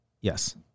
Yes